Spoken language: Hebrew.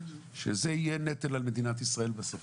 שזה יהיה נטל על מדינת ישראל בסוף.